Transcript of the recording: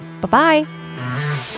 Bye-bye